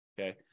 okay